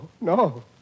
no